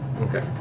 Okay